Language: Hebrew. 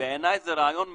בעיניי זה רעיון מצוין,